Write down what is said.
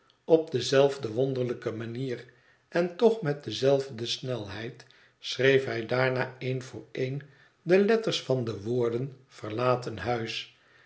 op dezelfde wonderlijke manier en toch met dezelfde snelheid schreef hij daarna een voor een de letters van de woorden verlaten huis